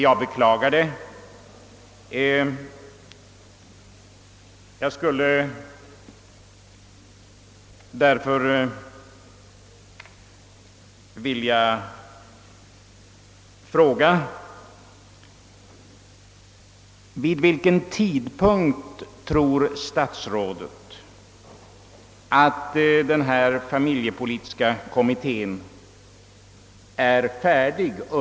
Jag beklagar det och skulle vilja fråga: Vid vilken tidpunkt under år 1967 tror statsrådet att denna familjepolitiska kommitté är färdig?